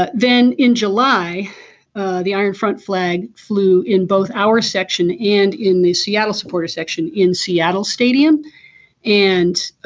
but then in july ah the iron front flag flew in both our section and in the seattle supporters section in seattle stadium and